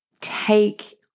take